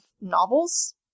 novels